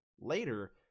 later